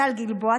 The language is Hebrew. טל גלבוע,